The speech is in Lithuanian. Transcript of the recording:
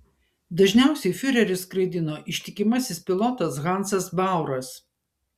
dažniausiai fiurerį skraidino ištikimasis pilotas hansas bauras